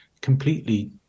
completely